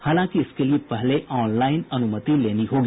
हालांकि इसके लिये पहले ऑनलाईन अनुमति लेनी होगी